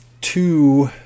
two